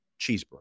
cheeseburger